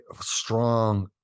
strong